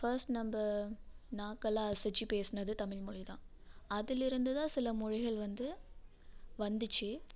first நம்ம நாக்கலாம் அசைச்சு பேசுனது தமிழ் மொழி தான் அதிலிருந்து தான் சில மொழிகள் வந்து வந்துச்சு